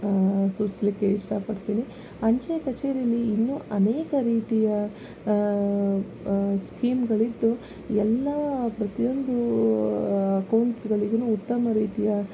ಸೂಚ್ಸ್ಲಿಕ್ಕೆ ಇಷ್ಟಪಡ್ತೀನಿ ಅಂಚೆ ಕಚೇರಿಯಲ್ಲಿ ಇನ್ನೂ ಅನೇಕ ರೀತಿಯ ಸ್ಕೀಮ್ಗಳಿದ್ದು ಎಲ್ಲ ಪ್ರತಿಯೊಂದು ಅಕೌಂಟ್ಸ್ಗಳಿಗೂ ಉತ್ತಮ ರೀತಿಯ